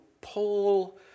pull